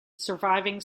surviving